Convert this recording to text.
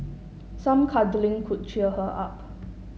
some cuddling could cheer her up